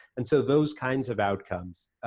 and so those kinds of outcomes